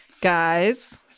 Guys